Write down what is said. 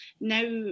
now